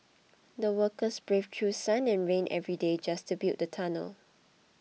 the workers braved through sun and rain every day just to build the tunnel